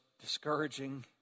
discouraging